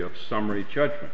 of summary judgment